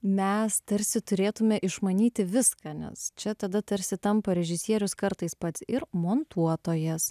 mes tarsi turėtume išmanyti viską nes čia tada tarsi tampa režisierius kartais pats ir montuotojas